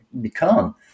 become